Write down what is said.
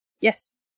Yes